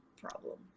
problem